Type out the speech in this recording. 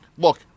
Look